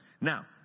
Now